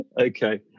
Okay